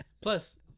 plus